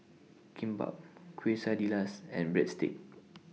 Kimbap Quesadillas and Breadsticks